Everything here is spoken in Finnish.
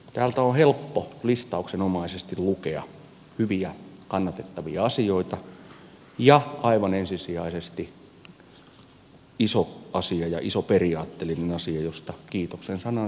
täältä on helppo listauksenomaisesti lukea hyviä kannatettavia asioita ja aivan ensisijaisesti iso asia ja iso periaatteellinen asia josta kiitoksen sanan sanon